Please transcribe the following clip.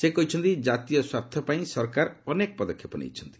ସେ କହିଛନ୍ତି ଜାତୀୟ ସ୍ୱାର୍ଥ ପାଇଁ ସରକାର ଅନେକ ପଦକ୍ଷେପ ନେଇଛନ୍ତି